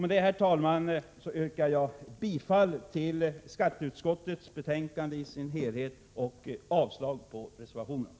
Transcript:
Med det, herr talman, yrkar jag bifall till skatteutskottets hemställan i dess helhet och avslag på reservationerna.